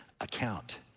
account